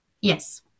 Yes